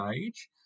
age